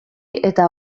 eta